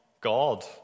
God